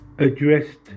Addressed